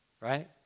right